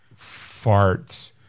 farts